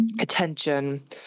Attention